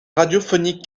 radiophonique